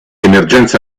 emergenza